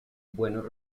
buenos